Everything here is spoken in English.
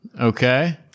Okay